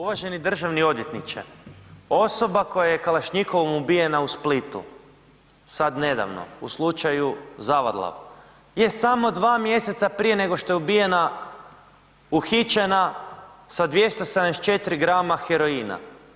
Uvaženi državni odvjetniče, osoba koja je kalašnjikovom ubijena u Splitu sad nedavno u slučaju Zavadlav je samo dva mjeseca prije nego što je ubijena, uhićena sa 274 g heroina.